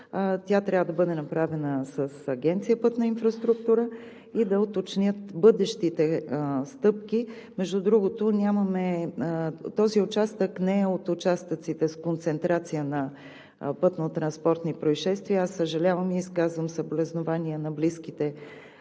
Тя трябва да бъде направена с Агенция „Пътна инфраструктура“ и да се уточнят бъдещите стъпки. Между другото, този участък не е от участъците с концентрация на пътнотранспортни произшествия. Аз съжалявам и изказвам съболезнования на близките